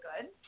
good